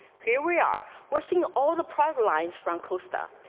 here we are. we're seeing all the private lines from costa,